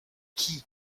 qui